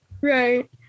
Right